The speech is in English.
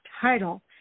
title